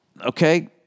Okay